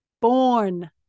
born